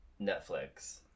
Netflix